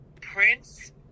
Prince